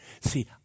See